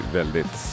väldigt